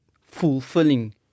fulfilling